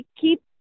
keep